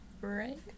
right